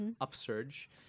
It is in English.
upsurge